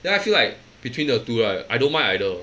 then I feel like between the two right I don't mind either